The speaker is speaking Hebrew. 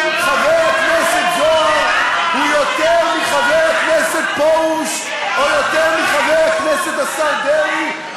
חבר הכנסת זוהר הוא יותר מחבר הכנסת פרוש או יותר מחבר הכנסת השר דרעי,